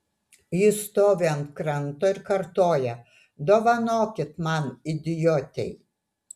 ji stovi ant kranto ir kartoja dovanokit man idiotei